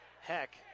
Heck